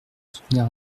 soutenir